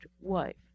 wife